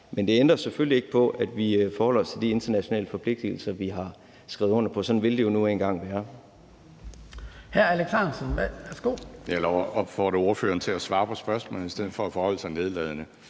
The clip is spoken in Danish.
Men det ændrer selvfølgelig ikke på, at vi forholder os til de internationale forpligtigelser, vi har skrevet under på. Sådan vil det jo nu engang være.